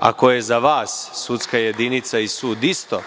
Ako je za nekoga sudska jedinica i sud isto,